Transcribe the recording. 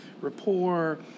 rapport